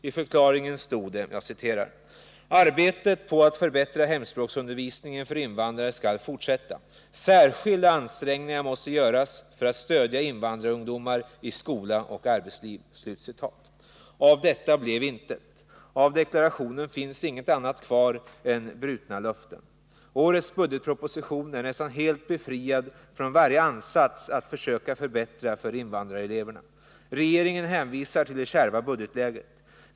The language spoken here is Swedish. I förklaringen stod det: ”Arbetet på att förbättra hemspråksundervisningen för invandrare skall fortsätta. Särskilda ansträngningar måste göras för att stödja invandrarungdomar i skola och arbetsliv.” Av detta blev intet. Av den deklarationen finns inget annat kvar än brutna löften. Årets budgetproposition är nästan helt befriad från varje ansats att försöka förbättra för invandrareleverna. Regeringen hänvisar till det kärva budgetläget.